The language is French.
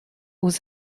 aux